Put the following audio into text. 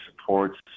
supports